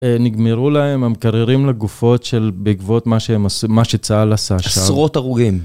נגמרו להם המקררים לגופות של בעקבות מה שצהל עשה. עשרות הרוגים.